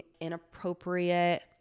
inappropriate